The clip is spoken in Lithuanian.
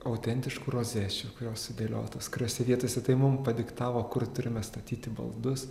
autentiškų rozečių kurios sudėliotas kuriose vietose tai mum padiktavo kur turime statyti baldus